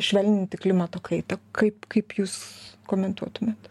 švelninti klimato kaitą kaip kaip jūs komentuotumėt